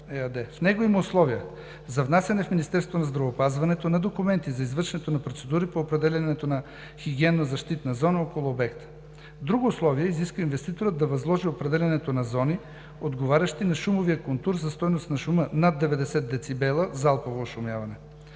В него има условия за внасяне в Министерството на здравеопазването на документи за извършването на процедури по определянето на хигиенно-защитна зона около обекта. Друго условие изисква инвеститорът да възложи определянето на зони, отговарящи на шумовия контур за стойност на шума над 90 децибела залпово ошумяване.